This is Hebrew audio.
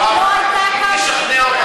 לא הייתה כאן, לא הייתה כאן,